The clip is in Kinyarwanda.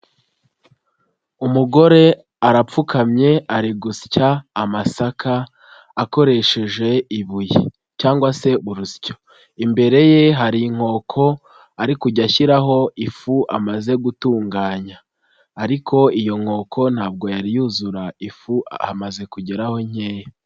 Umugore arapfukamye ari gusya amasaka akoresheje ibuye, cyangwa se urusyo. Imbere ye hari inkoko ari kujya ashyiraho ifu amaze gutunganya, ariko iyo nkoko ntabwo yari yuzura ifu hamaze kugeraho nkeya.